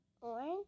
Orange